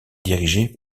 dirigée